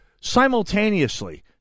simultaneously